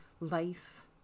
life